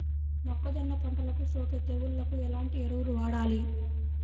మొక్కజొన్న పంటలకు సోకే తెగుళ్లకు ఎలాంటి ఎరువులు వాడాలి?